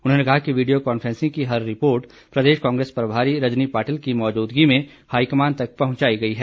उन्होंने कहा कि वीडियो कॉन्फ्रेंसिंग की हर रिपोर्ट प्रदेश कांग्रेस प्रभारी रजनी पाटिल की मौजूदगी में हाईकमान तक पहुंचाई गई है